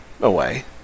away